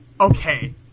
Okay